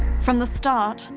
from the start,